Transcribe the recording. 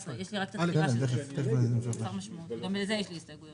זה 19. גם בזה יש לי הסתייגויות.